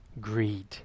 greed